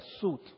suit